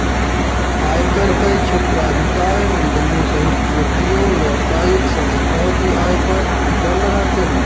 आयकर कई क्षेत्राधिकार निगमों सहित व्यक्तियों, व्यावसायिक संस्थाओं की आय पर कर लगाते हैं